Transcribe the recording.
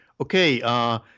okay